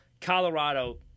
Colorado